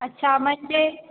अच्छा म्हणजे